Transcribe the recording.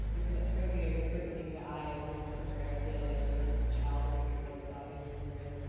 because frankly ah there are certain things that i, as a muslim american, as a child of immigrants, south asian immigrants,